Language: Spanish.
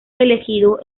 elegido